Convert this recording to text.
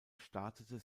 startete